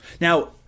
Now